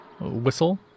whistle